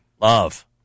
Love